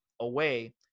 away